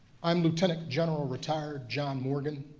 i'm lieutenant general, retired john morgan.